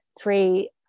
three